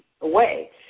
away